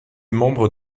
membre